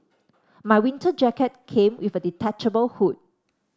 my winter jacket came with a detachable hood